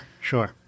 sure